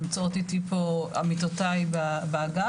נמצאות איתי פה עמיתותיי באגף,